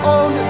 on